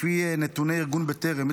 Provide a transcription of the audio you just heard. לפי נתונים ארגון בטרם,